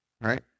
Right